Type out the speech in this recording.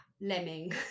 lemming